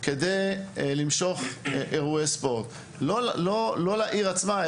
כדי למשוך אירועי ספורט; לא לעיר עצמה,